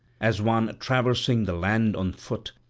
as one traversing the land on foot,